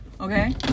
okay